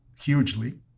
hugely